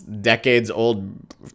decades-old